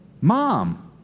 Mom